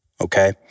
Okay